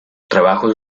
trabajos